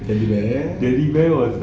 daddy bear